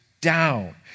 down